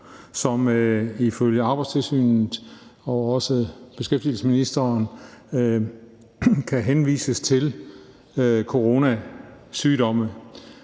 som ifølge Arbejdstilsynet og også beskæftigelsesministeren kan henvises til coronasygdommen.